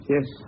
Yes